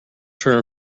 term